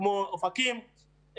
וכמו אופקים,